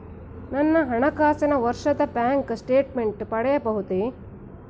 ನನ್ನ ಹಣಕಾಸಿನ ವರ್ಷದ ಬ್ಯಾಂಕ್ ಸ್ಟೇಟ್ಮೆಂಟ್ ಪಡೆಯಬಹುದೇ?